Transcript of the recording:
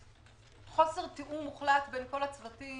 חוסר תיאום מוחלט בין כל הצוותים.